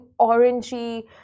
orangey